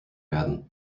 werden